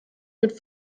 mit